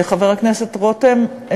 חבר הכנסת רותם,